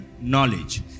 knowledge